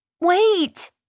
Wait